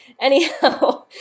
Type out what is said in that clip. Anyhow